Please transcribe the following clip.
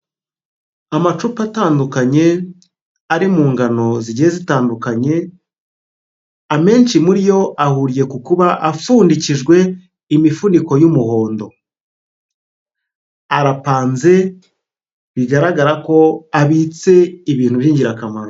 Amacupa atandukanye, ari mu ngano zigiye zitandukanye, amenshi muri yo ahuriye ku kuba apfundikijwe imifuniko y'umuhondo, arapanze bigaragara ko abitse ibintu by'ingirakamaro.